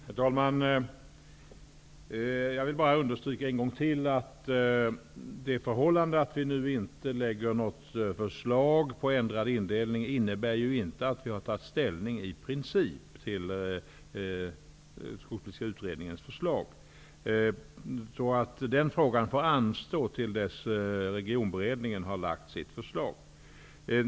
Herr talman! Jag vill bara ytterligare en gång understryka att det förhållandet att vi nu inte lägger fram något förslag om ändrad indelning inte innebär att vi har tagit ställning i princip till Skogspolitiska kommitténs förslag. Den frågan får anstå till dess Regionberedningen har lagt fram sitt förslag.